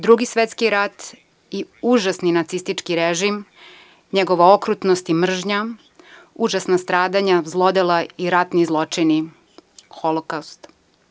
Drugi svetski rat i užasni nacistički režim, njegova okrutnost i mržnja, užasna stradanja, zlodela i ratni zločini, holokaust.